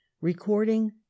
Recording